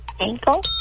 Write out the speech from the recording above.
Ankle